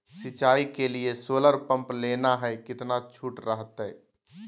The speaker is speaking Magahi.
सिंचाई के लिए सोलर पंप लेना है कितना छुट रहतैय?